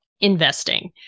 investing